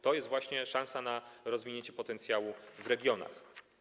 To jest właśnie szansa na rozwinięcie potencjału w regionach.